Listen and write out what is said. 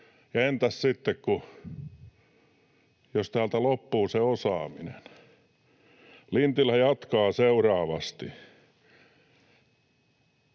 entäs sitten, jos täältä loppuu se osaaminen? Lintilä jatkaa seuraavasti: